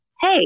Hey